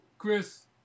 Chris